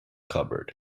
cupboard